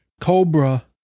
Cobra